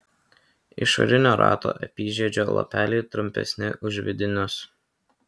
išorinio rato apyžiedžio lapeliai trumpesni už vidinius